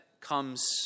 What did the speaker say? comes